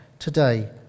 today